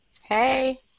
Hey